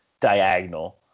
diagonal